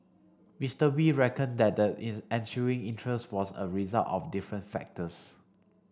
Mister Wee reckoned that the ensuing interest was a result of different factors